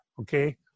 okay